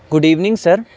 good evening sir